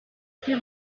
assez